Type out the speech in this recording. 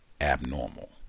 abnormal